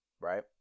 right